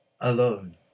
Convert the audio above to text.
alone